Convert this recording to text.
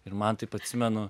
ir man taip atsimenu